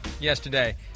yesterday